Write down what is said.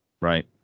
Right